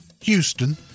Houston